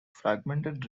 fragmented